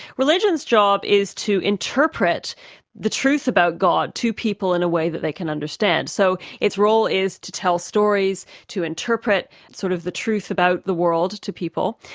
religion's job is to interpret the truth about god to people in a way that they can understand. so its role is to tell stories, to interpret sort of the truth about the world to people,